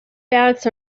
bats